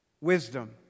Wisdom